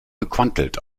gequantelt